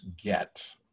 get